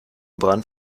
brand